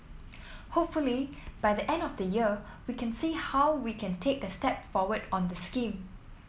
hopefully by the end of the year we can see how we can take a step forward on the scheme